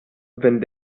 wenn